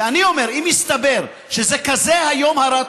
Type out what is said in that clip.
ואני אומר שאם יסתבר שזה כזה היום הרת